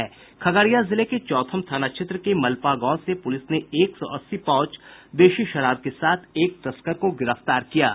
खगड़िया जिले के चौथम थाना क्षेत्र के मलपा गांव से पूलिस ने एक सौ अस्सी पाउच देशी शराब के साथ एक तस्कर को गिरफ्तार किया है